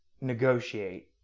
Negotiate